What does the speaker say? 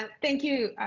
ah thank you,